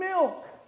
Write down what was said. milk